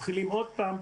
מתחילים עוד פעם.